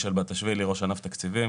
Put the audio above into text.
רע"ן תקציבים